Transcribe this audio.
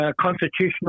constitutional